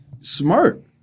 smart